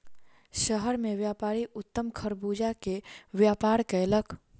शहर मे व्यापारी उत्तम खरबूजा के व्यापार कयलक